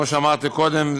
כמו שאמרתי קודם,